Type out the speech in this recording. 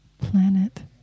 planet